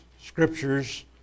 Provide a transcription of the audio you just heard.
scriptures